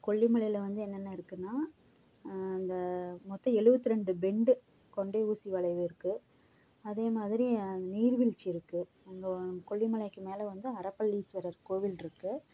கொல்லிமலையில் வந்து என்னென்ன இருக்குன்னா அந்த மொத்தம் எழுபத்ரெண்டு பெண்டு கொண்டை ஊசி வளைவு இருக்கு அதே மாதிரி நீர்வீழ்ச்சி இருக்கு அங்கே கொல்லிமலைக்கு மேலே வந்து அறப்பளீஸ்வரர் கோவில் இருக்கு